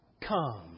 Come